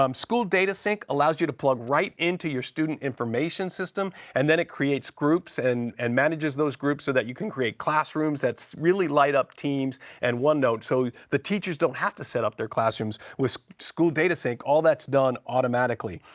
um school data sync allows you to plug right into your student information system, and then it creates groups and and manages those groups so that you can create classrooms. that's really light up teams and onenote, so the teachers don't have to set up their classrooms. with school data sync, all that's done automatically.